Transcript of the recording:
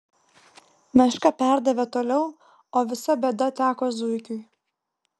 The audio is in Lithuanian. meška perdavė toliau o visa bėda teko zuikiui